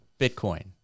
Bitcoin